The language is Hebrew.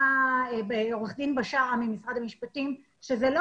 אמרה עורכת הדין בשארה ממשרד המשפטים שזה לא